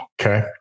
Okay